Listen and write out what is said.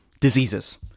diseases